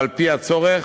ועל-פי הצורך,